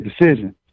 decision